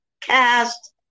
cast